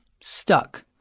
stuck